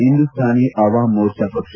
ಹಿಂದೂಸ್ತಾನಿ ಅವಾಮ್ ಮೋರ್ಚಾ ಪಕ್ಷ